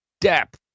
depth